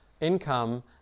income